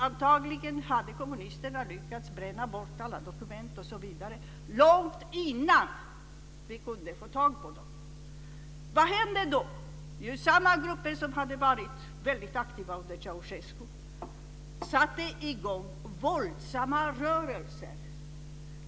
Antagligen hade kommunisterna lyckats bränna alla dokument osv. långt innan vi kunde få tag på dem. Vad hände då? Jo, samma grupper som hade varit väldigt aktiva under Ceaucescu satte i gång våldsamma rörelser.